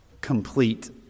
complete